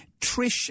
Trish